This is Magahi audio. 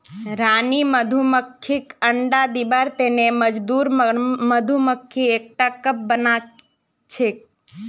रानी मधुमक्खीक अंडा दिबार तने मजदूर मधुमक्खी एकटा कप बनाछेक